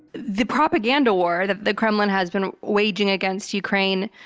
the propaganda war that the kremlin has been waging against ukraine,